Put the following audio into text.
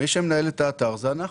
מי שמנהל את האתר זה אנחנו,